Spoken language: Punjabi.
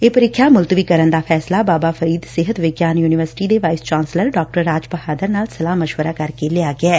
ਇਹ ਪ੍ਰੀਖਿਆ ਮੁਲਤਵੀ ਕਰਨ ਦਾ ਫੈਸਲਾ ਬਾਬਾ ਫਰੀਦ ਸਿਹਤ ਵਿਗਿਆਨ ਯੁਨੀਵਰਸਿਟੀ ਦੇ ਵਾਇਸ ਚਾਂਸਲਰ ਡਾ ਰਾਜ ਬਹਾਦਰ ਨਾਲ ਸਲਾਹ ਮਸ਼ਵਰਾ ਕਰਕੇ ਲਿਆ ਗਿਐ